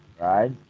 right